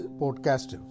podcast